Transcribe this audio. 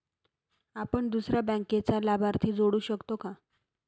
आपण दुसऱ्या बँकेचा लाभार्थी जोडू शकतो का?